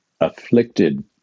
afflicted